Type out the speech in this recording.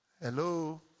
Hello